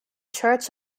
church